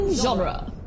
genre